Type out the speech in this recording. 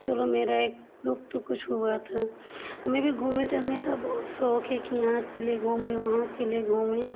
चलो मेरा एक दुख तो कुछ हुआ था हमें भी घूमे टहलने का बहुत शौक है कि यहाँ चलें घूमे वहाँ चलें घूमे